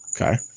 Okay